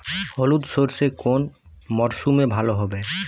হলুদ সর্ষে কোন মরশুমে ভালো হবে?